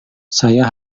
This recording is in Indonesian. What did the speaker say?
saya